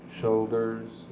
shoulders